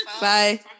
bye